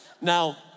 Now